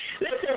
Listen